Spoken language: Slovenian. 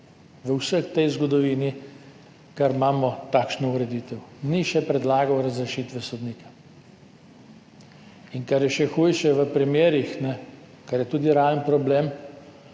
V vsej tej zgodovini, kar imamo takšno ureditev, še ni predlagal razrešitve sodnika. In kar je še hujše, v primerih – kar je tudi realen problem